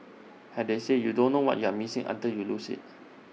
as they say you don't know what you're missing until you lose IT